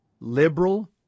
liberal